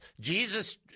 Jesus